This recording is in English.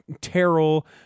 Terrell